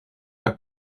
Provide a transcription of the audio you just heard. are